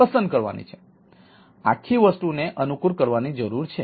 તેથી આખી વસ્તુને અનુકૂળ કરવાની જરૂર છે